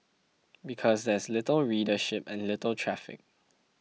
because there is little readership and little traffic